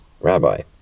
Rabbi